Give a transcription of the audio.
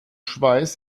schweiß